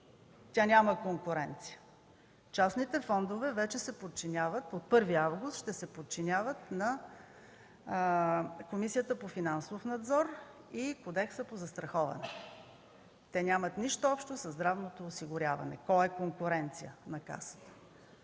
Тя няма конкуренция. Частните фондове от 1 август ще се подчиняват на Комисията по финансов надзор и Кодекса по застраховане - те нямат нищо общо със здравното осигуряване, то е конкуренция на Касата.